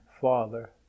father